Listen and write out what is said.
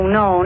no